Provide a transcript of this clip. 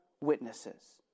witnesses